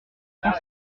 cent